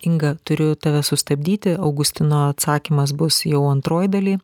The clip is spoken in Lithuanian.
inga turiu tave sustabdyti augustino atsakymas bus jau antroj daly